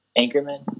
anchorman